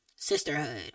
sisterhood